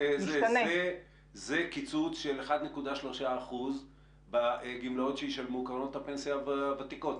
זה קיצוץ של 1.3% בגמלאות שישלמו קרנות הפנסיה הוותיקות.